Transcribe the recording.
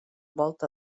volta